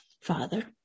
Father